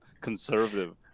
conservative